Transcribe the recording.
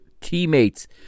teammates